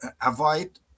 avoid